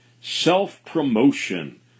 Self-promotion